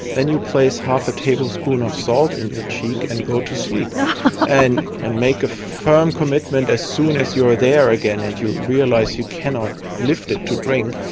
then you place half a tablespoon of salt in your cheek and go to sleep and and and make a firm commitment as soon as you are there again and you realise you cannot lift it to drink,